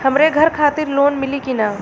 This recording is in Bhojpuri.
हमरे घर खातिर लोन मिली की ना?